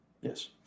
Yes